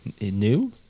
New